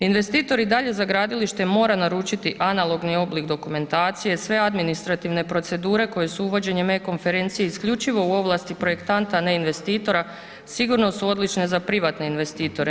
Investitor i dalje za gradilište mora naručiti analogni oblik dokumentacije, sve administrativne procedure koje su uvođenjem e-konferencije isključivo u ovlasti projektanta a ne investitora sigurno su odlične za privatne investitore.